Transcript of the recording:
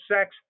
sex